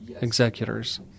executors